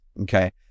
okay